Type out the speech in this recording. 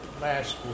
last